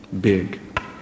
big